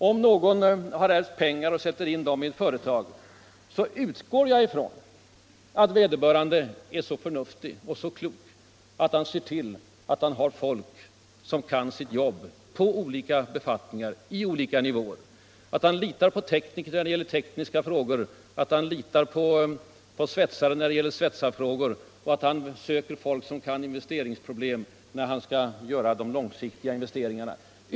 Om någon har ärvt pengar och sätter in dem i ett företag så utgår jag ifrån att vederbörande är så förnuftig att han ser till att ha folk som kan sitt jobb på olika befattningar och olika nivåer inom företaget — att han litar på tekniker när det gäller tekniska frågor, litar på svetsare när det gäller svetsning och söker folk som kan investeringsproblem när det gäller att göra de långsiktiga investeringarna.